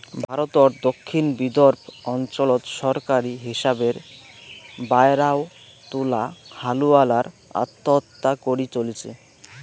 ভারতর দক্ষিণ বিদর্ভ অঞ্চলত সরকারী হিসাবের বায়রাও তুলা হালুয়ালার আত্মহত্যা করি চলিচে